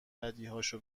بدیهاشو